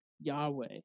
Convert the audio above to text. Yahweh